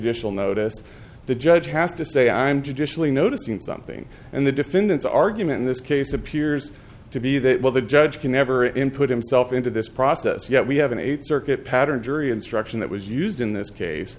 judicial notice the judge has to say i'm judicially noticing something and the defendant's argument in this case appears to be that well the judge can never input himself into this process yet we have an eight circuit pattern jury instruction that was used in this case